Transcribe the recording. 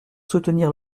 soutenir